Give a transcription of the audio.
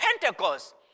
Pentecost